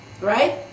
right